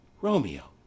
Romeo